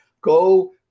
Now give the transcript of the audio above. go